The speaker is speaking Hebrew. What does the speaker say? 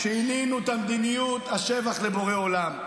שינינו את המדיניות, השבח לבורא עולם.